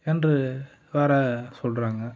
என்று வேற சொல்றாங்க